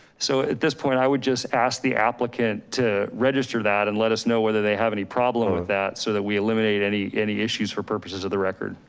so at this point, i would just ask the applicant to register that and let us know whether they have any problem with that, so that we eliminate any any issues for purposes of the record.